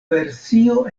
versio